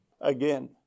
again